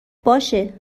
باشه